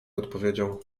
odpowiedział